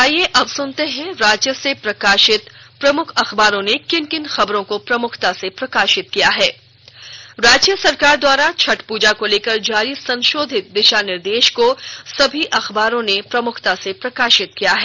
और आईये अब सुनते हैं राज्य से प्रकाशित प्रमुख अखबारों ने किन किन खबरों को प्रमुखता से प्रकाशित किया है राज्य सरकार द्वारा छठ पूजा को लेकर जारी संशोधित दिशा निर्देश को सभी अखबारों ने प्रमुखतासे प्रकाशित किया है